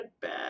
bad